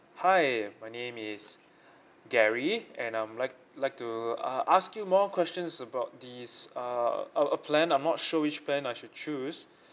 hi my name is gary and I'm like like to uh ask you more questions about this uh a a plan I'm not sure which plan I should choose